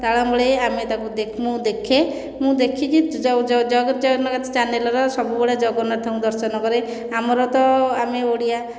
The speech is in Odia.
ତାଳ ମିଳେଇ ଆମେ ତାକୁ ମୁଁ ଦେଖେ ମୁଁ ଦେଖିକି ଜୟ ଜଗନ୍ନାଥ ଚ୍ୟାନେଲର ସବୁବେଳେ ଜଗନ୍ନାଥଙ୍କୁ ଦର୍ଶନ କରେ ଆମର ତ ଆମେ ଓଡ଼ିଆ